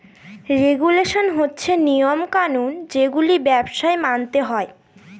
regulation হচ্ছে নিয়ম কানুন যেগুলো ব্যবসায় মানতে হয়